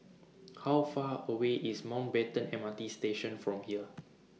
How Far away IS Mountbatten M R T Station from here